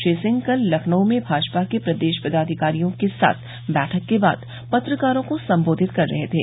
श्री सिंह कल लखनऊ में भाजपा के प्रदेश पदाधिकारियों के साथ बैठक के बाद पत्रकारों को संबोधित कर रहे थे